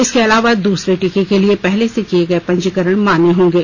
इसके अलावा दूसरे टीके के लिए पहले से किए गए पंजीकरण मान्य होंगे